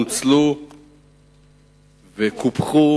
נוצלו וקופחו